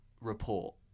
report